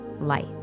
light